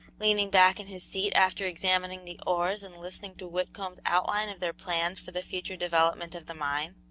leaning back in his seat after examining the ores and listening to whitcomb's outline of their plans for the future development of the mine,